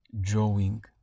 drawing